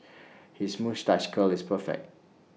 his moustache curl is perfect